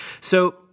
So-